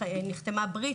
נחתמה ברית